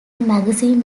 magazine